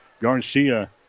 Garcia